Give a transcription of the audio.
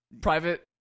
Private